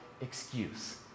excuse